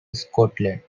scotland